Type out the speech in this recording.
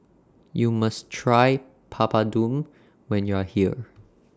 YOU must Try Papadum when YOU Are here